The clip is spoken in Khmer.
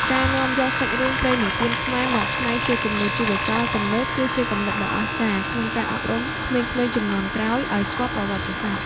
ការនាំយកសាច់រឿងព្រេងនិទានខ្មែរមកច្នៃជាគំនូរជីវចលទំនើបគឺជាគំនិតដ៏អស្ចារ្យ ក្នុងការអប់រំក្មេងៗជំនាន់ក្រោយឱ្យស្គាល់ប្រវត្តិសាស្ត្រ។